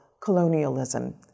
colonialism